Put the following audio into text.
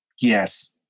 Yes